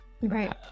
Right